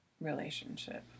relationship